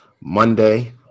Monday